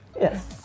Yes